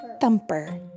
Thumper